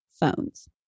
phones